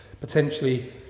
potentially